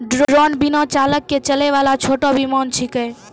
drone बिना चालक के चलै वाला छोटो विमान छेकै